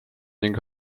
ning